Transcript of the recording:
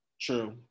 True